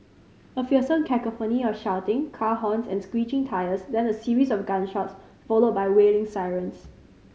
a fearsome cacophony of shouting car horns and screeching tyres then a series of gunshots followed by wailing sirens